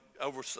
over